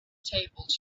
tables